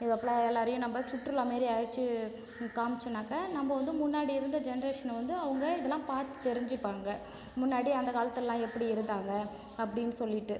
இதை போல் எல்லாரையும் நம்ம சுற்றுலா மாதிரி அழைச்சு காமிச்சோம்னாக்கா நம்ம வந்து முன்னாடி இருந்த ஜென்ரேஷன்ன வந்து அவங்க இதெல்லாம் பார்த்து தெரிஞ்சிப்பாங்க முன்னாடி அந்த காலத்துலலாம் எப்படி இருந்தாங்க அப்படின்னு சொல்லிவிட்டு